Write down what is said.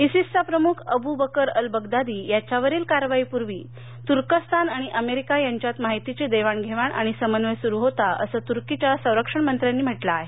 इसिसचा प्रमूख Abu Bakr al Baghdadi याच्यावरील कारवाईपूर्वी तुर्कस्तान आणि अमेरिका यांच्यात माहितीची देवाण घेवाण आणि समन्वय सुरू होता असं तुर्कीच्या संरक्षण मंत्र्यांनी म्हटलं आहे